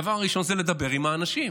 הדבר הראשון זה לדבר עם האנשים,